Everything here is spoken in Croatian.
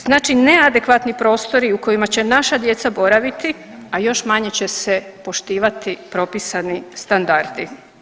Znači neadekvatni prostori u kojima će naša djeca boraviti, a još manje će se poštivati propisani standardi.